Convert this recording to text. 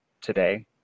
today